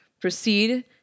proceed